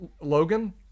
Logan